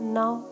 now